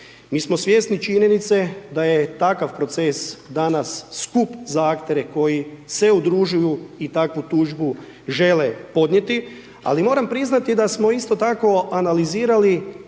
Mi smo svjesni činjenice da je takav proces danas skup za aktere koji se udružuju i takvu tužbu žele podnijeti ali moram priznati da smo isto tako analizirali